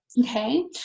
Okay